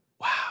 Wow